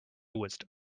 wisdom